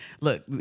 Look